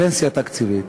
פנסיה תקציבית.